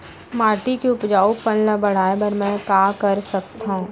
माटी के उपजाऊपन ल बढ़ाय बर मैं का कर सकथव?